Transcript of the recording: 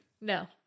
No